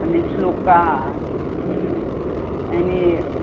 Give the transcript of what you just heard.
અને શ્લોકા હં એની